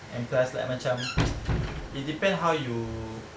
and plus like macam it depend how you